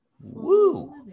Woo